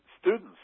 Students